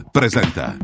presenta